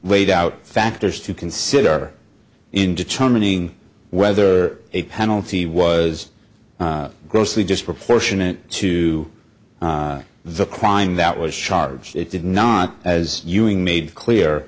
wade out factors to consider in determining whether a penalty was grossly disproportionate to the crime that was charged it did not as ewing